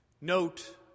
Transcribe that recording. Note